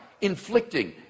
inflicting